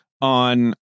on